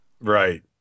Right